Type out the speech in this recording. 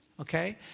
Okay